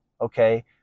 Okay